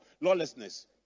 lawlessness